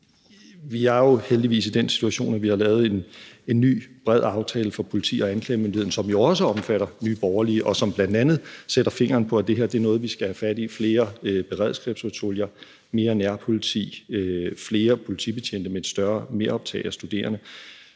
Vi er jo heldigvis i den situation, at vi har lavet en ny bred aftale for politiet og anklagemyndigheden, som jo også omfatter Nye Borgerlige, og som bl.a. sætter fingeren på, at det her er noget, vi skal tage fat i – med flere beredskabspatruljer, mere nærpoliti, flere politibetjente med et større meroptag af studerende.